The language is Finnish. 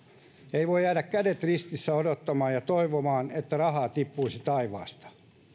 ei voi jäädä kädet ristissä odottamaan ja toivomaan että rahaa tippuisi taivaasta